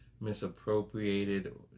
misappropriated